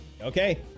Okay